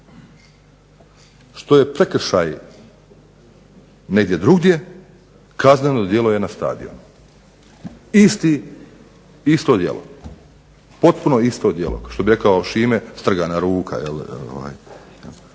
Što je prekršaj negdje drugdje kazneno djelo je na stadionu. Isto djelo, potpuno isto djelo. Što bi rekao Šime strgana ruka. Ako dođeš